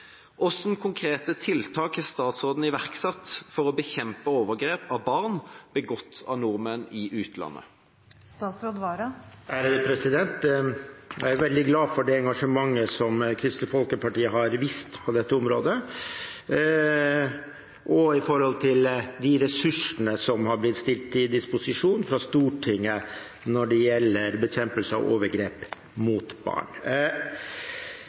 konkrete tiltak har statsråden iverksatt for å bekjempe overgrep mot barn begått av nordmenn i utlandet? Jeg er veldig glad for det engasjementet som Kristelig Folkeparti har vist på dette området, også knyttet til de ressursene som har blitt stilt til disposisjon fra Stortinget når det gjelder bekjempelse av overgrep mot barn.